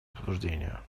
обсуждения